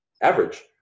average